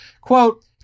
quote